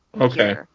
Okay